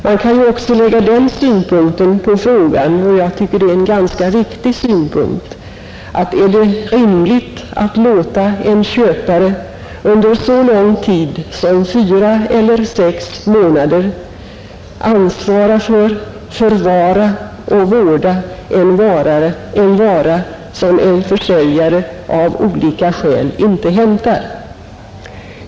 Man kan ju också ha den synpunkten på frågan, och jag tycker det är en ganska viktig synpunkt, att det inte kan vara rimligt att låta en köpare under så lång tid som fyra eller sex månader ansvara för, förvara och vårda en vara som en försäljare av olika skäl inte hämtar.